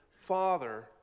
Father